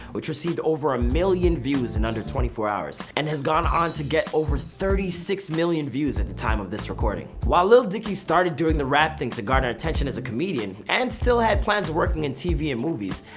which received over a million views in under twenty four hours, and has gone on to get over thirty six million views at the time of this recording. while lil dicky started doing the rap thing to garner attention as a comedian, and still has plans of working in tv and movies,